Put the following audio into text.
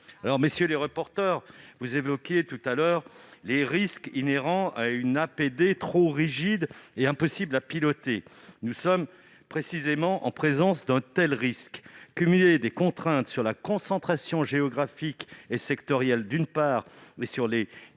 Messieurs les rapporteurs, vous avez évoqué les risques inhérents à une APD trop rigide et impossible à piloter. Nous sommes précisément en présence d'un tel risque : cumuler des contraintes sur la concentration géographique et sectorielle, d'une part, et sur les canaux,